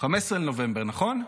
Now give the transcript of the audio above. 15 בנובמבר, נכון?